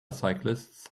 cyclists